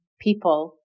people